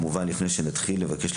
לפני שנתחיל אבקש,